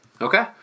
Okay